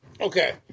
Okay